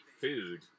food